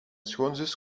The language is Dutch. schoonzus